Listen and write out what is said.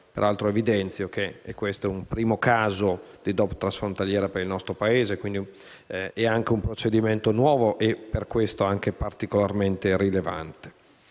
Peraltro, evidenzio che questo è il primo caso di DOP transfrontaliera per il nostro Paese, quindi è un procedimento nuovo e, per questo, anche particolarmente rilevante.